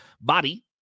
body